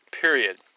period